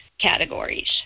categories